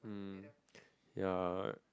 um yeah